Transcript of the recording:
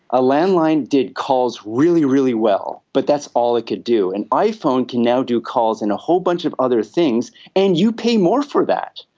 a landline did calls really, really well, but that's all it could do. an iphone can now do calls and a whole bunch of other things and you pay more for that.